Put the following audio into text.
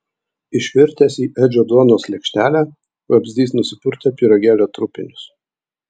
išvirtęs į edžio duonos lėkštelę vabzdys nusipurtė pyragėlio trupinius